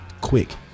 quick